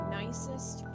nicest